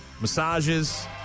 Massages